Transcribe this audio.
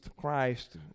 Christ